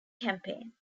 campaign